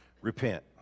Repent